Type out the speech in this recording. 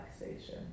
relaxation